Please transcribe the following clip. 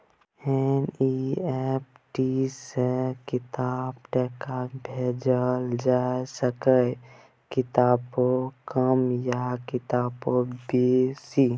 NEFT सँ कतबो टका भेजल जाए सकैए कतबो कम या कतबो बेसी